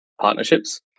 partnerships